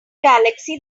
galaxy